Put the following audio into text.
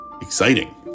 exciting